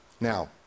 Now